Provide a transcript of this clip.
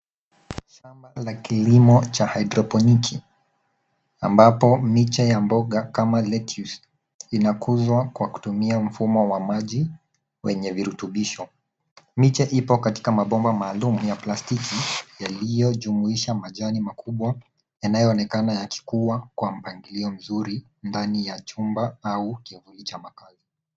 Shamba la kilimo cha haidroponiki ambapo miche ya mboga kama lettuce inakuzwa kwa kutumia mfumo wa maji wenye virutubisho. Miche ipo katika mabomba maalum ya plastiki yaliyojumuisha majani makubwa yanayoonekana yakikua kwa mpangilio mzuri ndani ya chumba au kivuli cha makazi.